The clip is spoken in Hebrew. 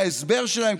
וההסבר שלהם,